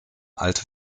alte